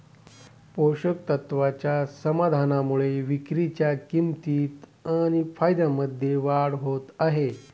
पोषक तत्वाच्या समाधानामुळे विक्रीच्या किंमतीत आणि फायद्यामध्ये वाढ होत आहे